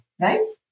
right